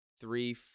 three